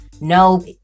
no